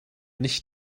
nicht